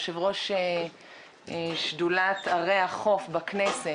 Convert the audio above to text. יושב-ראש שדולת ערי החוף בכנסת,